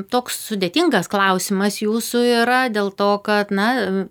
toks sudėtingas klausimas jūsų yra dėl to kad na